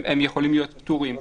יכולים להיות פטורים.